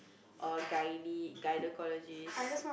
a gynae~ gynaecologist